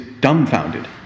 dumbfounded